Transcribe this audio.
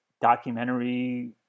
documentary